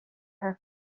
her